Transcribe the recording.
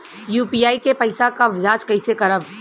UPI के पैसा क जांच कइसे करब?